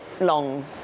long